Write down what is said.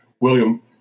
William